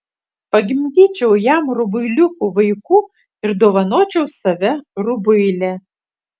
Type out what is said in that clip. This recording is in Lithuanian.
pagimdyčiau jam rubuiliukų vaikų ir dovanočiau save rubuilę